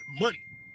money